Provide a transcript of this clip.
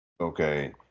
Okay